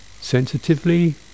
sensitively